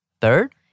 third